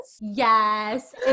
Yes